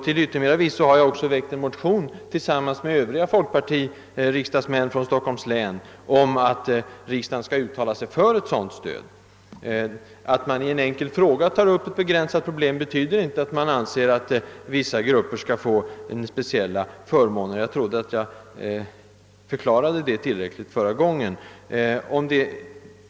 Till yttermera visso har jag också tillsammans med övriga folkpartiriksdagsmän från Stockholms län väckt en motion om att riksdagen skall uttala sig för ett sådant stöd. Att man i en enkel fråga tar upp ett begränsat problem för en viss grupp betyder inte att man anser att denna grupp bör få speciella förmåner. Jag trodde att jag förklarade det tillräckligt tydligt förra gången.